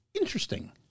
interesting